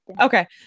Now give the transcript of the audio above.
Okay